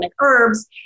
herbs